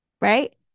right